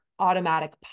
Automatic